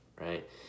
right